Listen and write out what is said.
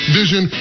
vision